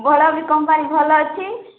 ଭଲ ବି କମ୍ପାନୀ ଭଲ ଅଛି